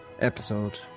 episode